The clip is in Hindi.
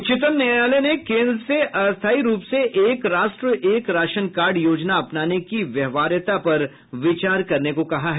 उच्चतम न्यायालय ने केन्द्र से अस्थायी रूप से एक राष्ट्र एक राशन कार्ड योजना अपनाने की व्यावहार्यता पर विचार करने को कहा है